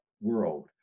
world